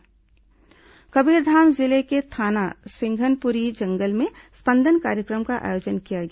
स्पंदन कार्यक्रम कबीरधाम जिले के थाना सिंघनपुरी जंगल में स्पंदन कार्यक्रम का आयोजन किया गया